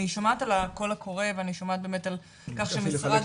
אני שומעת על הקול הקורא ואני שומעת על כך שמשרד